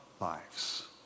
lives